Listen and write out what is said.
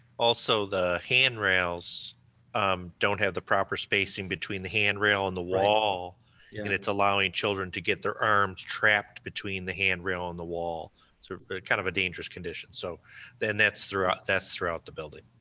also, the handrails don't have the proper spacing between the handrail and the wall yeah and it's allowing children to get their arms trapped between the handrail and the wall. sort of so kind of a dangerous condition. so then that's throughout that's throughout the building.